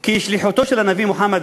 כי שליחותו של הנביא מוחמד,